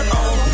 on